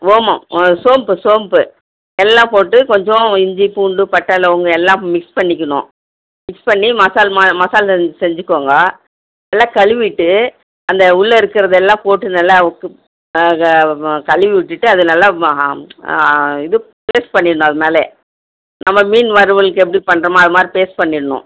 ஓமம் சோம்பு சோம்பு எல்லாம் போட்டு கொஞ்சம் இஞ்சி பூண்டு பட்டை லவங்கம் எல்லாம் மிக்ஸ் பண்ணிக்கணும் மிக்ஸ் பண்ணி மசால் ம மசாலு செஞ்சுக்கோங்க நல்லா கழுவிட்டு அந்த உள்ளே இருக்கிறதெல்லாம் போட்டு நல்லா க வ கழுவி விட்டுட்டு அது நல்லா மா இது பேஸ்ட் பண்ணிடணும் அது மேலே நம்ம மீன் வறுவலுக்கு எப்படி பண்ணுறமோ அது மாதிரி பேஸ்ட் பண்ணிடணும்